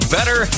Better